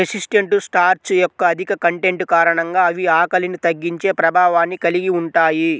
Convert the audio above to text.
resistant starch యొక్క అధిక content కారణంగా అవి ఆకలిని తగ్గించే ప్రభావాన్ని కలిగి ఉంటాయి